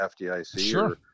FDIC